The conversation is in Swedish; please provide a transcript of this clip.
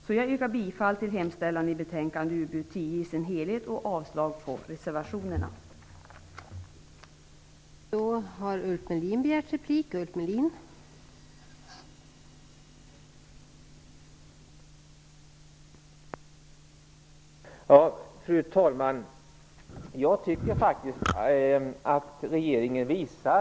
Jag yrkar bifall till hemställan i dess helhet i utbildningsutskottets betänkande nr 10 samt avslag på reservationerna.